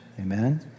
Amen